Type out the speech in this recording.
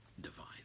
divine